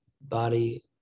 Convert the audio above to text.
body